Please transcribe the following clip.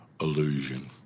illusion